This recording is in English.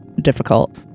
difficult